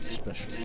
special